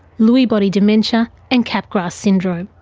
lewy body dementia and capgras syndrome.